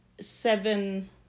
seven